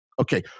Okay